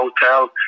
hotel